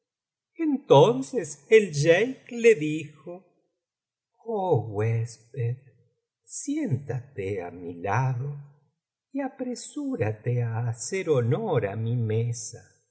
entonces el jaique le dijo oh huésped siéntate á mi lado y apresúrate á hacer honor á mi mesa